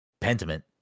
Pentiment